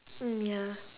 mm ya